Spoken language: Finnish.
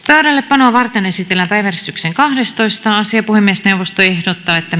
pöydällepanoa varten esitellään päiväjärjestyksen kahdestoista asia puhemiesneuvosto ehdottaa että